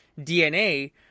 DNA